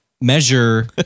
measure